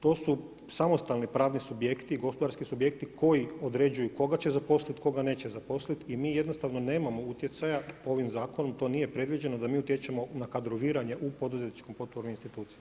To su samostalni pravni subjekti, gospodarski subjekti koji određuju koga će zaposliti, koga neće zaposliti, i mi jednostavno nemamo utjecaja, ovim zakonom to nije previđeno da mi utječemo na kadroviranje u poduzetničkim potpornim institucijama.